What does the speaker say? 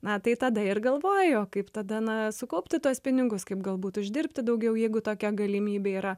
na tai tada ir galvoju kaip tada na sukaupti tuos pinigus kaip galbūt uždirbti daugiau jeigu tokia galimybė yra